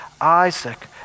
Isaac